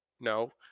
no